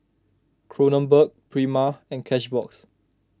Kronenbourg Prima and Cashbox